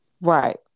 Right